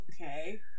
Okay